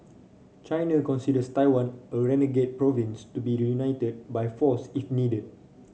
China considers Taiwan a renegade province to be reunited by force if needed